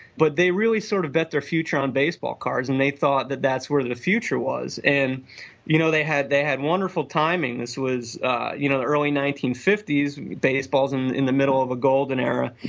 but they really sort of bet their future on baseball cards and they thought that that's where the future was, and you know they had they had wonderful timing. this was you know the early nineteen fifty s, baseball and in the middle of a golden era.